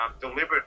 deliberate